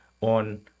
on